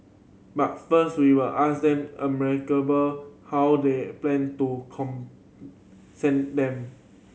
but first we will ask them how they plan to concern them